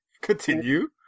Continue